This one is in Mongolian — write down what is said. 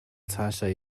цаашаа